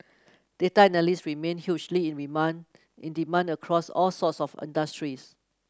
data analyst remain hugely in remand in demand across all sorts of industries